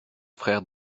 frère